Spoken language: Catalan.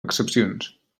excepcions